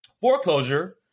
foreclosure